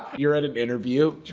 you're at an interview,